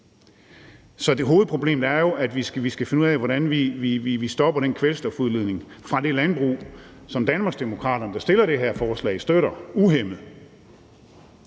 Så hovedproblemet er jo, at vi skal finde ud af, hvordan vi stopper den kvælstofudledning fra det landbrug, som Danmarksdemokraterne, der har fremsat det her forslag, støtter uhæmmet.